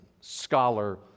scholar